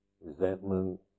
resentment